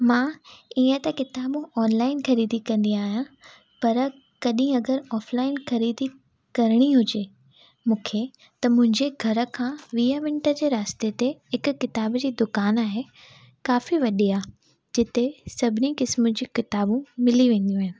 मां ईंअ त किताबूं ऑनलाईन ख़रीदी कंदी आहियां पर कॾहिं अगरि ऑफलाईन ख़रीदी करणी हुजे मूंखे त मुंहिंजे घर खां वीह मिंट जे रस्ते ते हिक किताब जी दुकान आहे काफ़ी वॾी आहे जिते सभनी किस्मूं जी किताबूं मिली वेंदियूं आहिनि